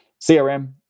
CRM